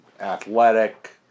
athletic